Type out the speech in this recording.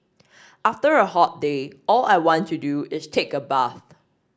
after a hot day all I want to do is take a bath